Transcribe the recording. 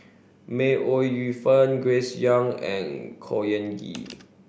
May Ooi Yu Fen Grace Young and Khor Ean Ghee